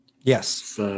Yes